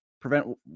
prevent